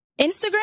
Instagram